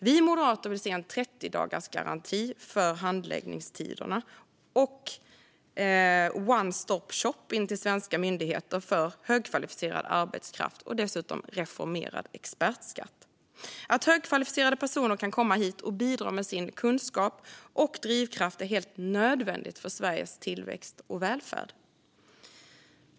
Vi moderater vill se en 30-dagarsgaranti för handläggningen, en one-stop-shop in till svenska myndigheter för högkvalificerad arbetskraft och dessutom en reformerad expertskatt. Att högkvalificerade personer kan komma hit och bidra med sin kunskap och drivkraft är helt nödvändigt för Sveriges tillväxt och välfärd.